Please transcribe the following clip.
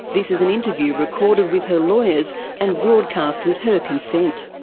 this is an interview recorded with her lawyers and broadcast with her consent.